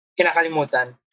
kinakalimutan